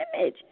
image